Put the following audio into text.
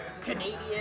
Canadian